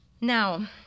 Now